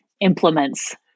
implements